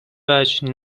وجه